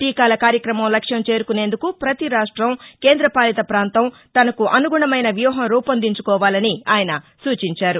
టీకాల కార్యక్రమం లక్ష్యం చేరుకునేందుకు ప్రపతి రాష్టం కేంద్రపాలిత ప్రాంతం తనకు అనుగుణమైన వ్యూహం రూపొందించుకోవాలని ఆయన సూచించారు